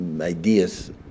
ideas